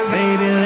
baby